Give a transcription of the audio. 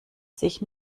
sich